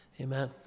Amen